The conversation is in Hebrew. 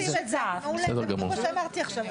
זה בדיוק מה שאמרתי עכשיו.